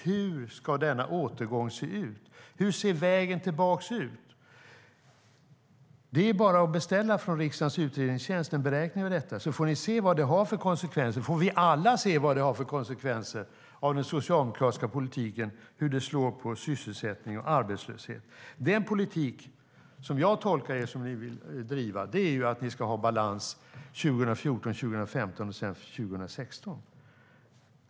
Hur ser vägen tillbaka ut? Det är bara att beställa en beräkning av detta från riksdagens utredningstjänst, så får ni se vad det har för konsekvenser. Då får vi alla se vad den socialdemokratiska politiken har för konsekvenser - hur det faller ut med tanke på sysselsättning och arbetslöshet. Den politik jag tolkar det som att ni vill driva är att ni ska ha balans 2014/15 i stället för 2016.